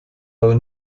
aber